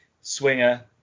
Swinger